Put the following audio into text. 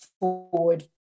forward